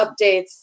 updates